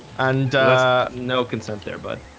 and no consent there, buddy